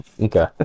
Okay